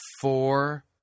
four